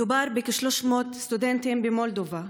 מדובר בכ-300 סטודנטים במולדובה,